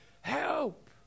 Help